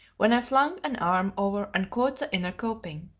when i flung an arm over and caught the inner coping.